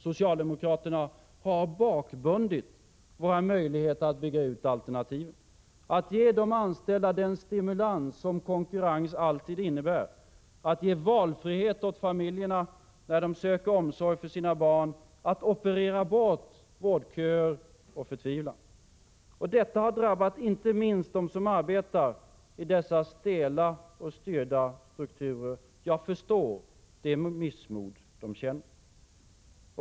Socialdemokraterna har bakbundit våra möjligheter att bygga ut alternativen, att ge de anställda den stimulans som konkurrens alltid innebär, att ge valfrihet åt familjerna när de söker omsorg för sina barn, att operera bort vårdköer och förtvivlan. Detta har drabbat icke minst dem som arbetar i dessa stela och styrda strukturer. Jag förstår det missmod de känner.